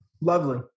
Lovely